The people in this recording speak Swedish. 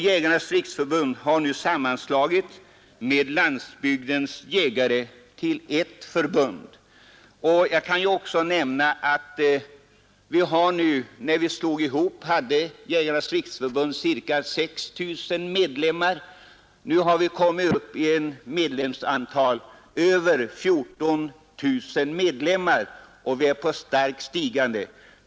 Jägarnas riksförbund har nu sammanslagits med Landsbygdens jägare till ett förbund. När denna sammanslagning ägde rum hade Jägarnas riksförbund ca 6 000 medlemmar. Nu är medlemsantalet över 14 000 och befinner sig i stigande.